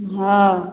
हँ